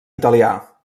italià